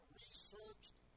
researched